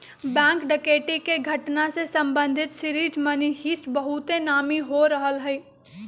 bank डकैती के घटना से संबंधित सीरीज मनी हीस्ट बहुते नामी हो रहल हइ